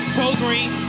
Pro-green